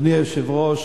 אדוני היושב-ראש,